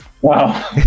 Wow